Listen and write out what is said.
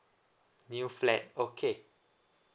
new flat okay